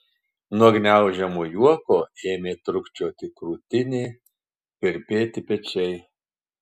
nuo gniaužiamo juoko ėmė trūkčioti krūtinė virpėti pečiai